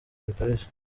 bikabije